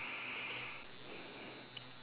that you have ever done